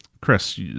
Chris